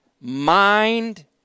mind